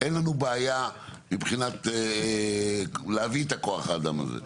אין לנו בעיה מבחינת הבאת כוח האדם הזה.